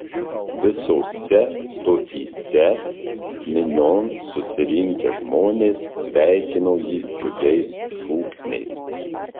visose stotyse minion susirinkę žmonės sveikino jį džiugiais šūksniais